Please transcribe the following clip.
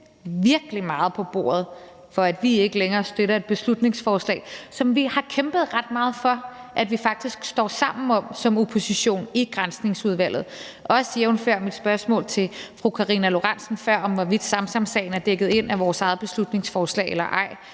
virkelig meget på bordet, for at vi ikke længere støtter et beslutningsforslag, som vi har kæmpet ret meget for vi faktisk står sammen om som opposition i Granskningsudvalget. Det er også jævnfør mit spørgsmål til fru Karina Lorentzen Dehnhardt før om, hvorvidt Samsamsagen er dækket ind af vores eget beslutningsforslag eller ej,